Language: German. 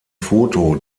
foto